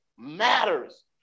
Matters